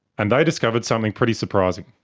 and they discovered something pretty surprising.